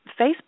Facebook